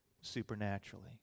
supernaturally